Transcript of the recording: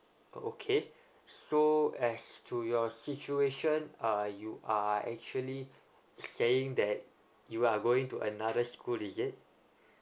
okay so as to your situation uh you are actually saying that you are going to another school is it